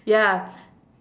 ya